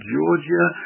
Georgia